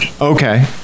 Okay